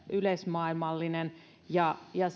yleismaailmallinen ja ja